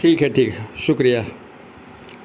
ٹھیک ہے ٹھیک ہے شکریہ